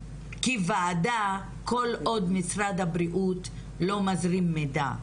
כוועדה כל עוד משרד הבריאות לא מזרים מידע,